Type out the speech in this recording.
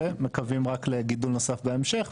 ומקווים רק לגידול נוסף בהמשך,